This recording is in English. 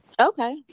okay